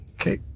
Okay